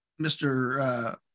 Mr